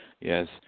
Yes